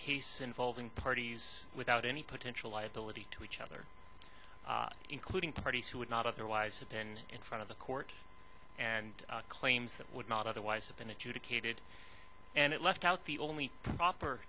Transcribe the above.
case involving parties without any potential liability to each other including parties who would not otherwise have been in front of the court and claims that would not otherwise have been adjudicated and it left out the only proper